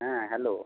হ্যাঁ হ্যালো